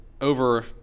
over –